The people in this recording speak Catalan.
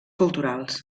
culturals